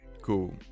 Cool